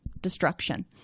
destruction